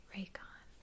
Raycon